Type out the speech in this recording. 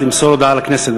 למסור הודעה לכנסת.